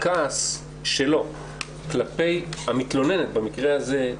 הכעס שלו כלפי המתלוננת במקרה הזה,